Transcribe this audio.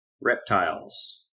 reptiles